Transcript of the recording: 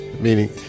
meaning